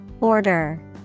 Order